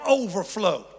overflow